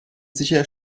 sicher